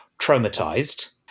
traumatized